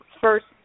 first